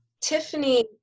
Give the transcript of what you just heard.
Tiffany